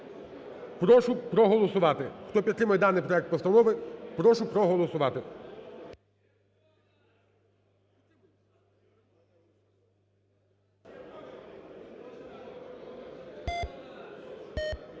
прошу проголосувати. Хто підтримує даний проект постанови, прошу проголосувати.